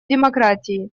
демократии